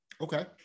Okay